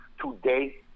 Today